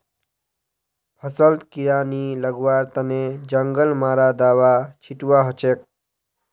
फसलत कीड़ा नी लगवार तने जंगल मारा दाबा छिटवा हछेक